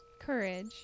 courage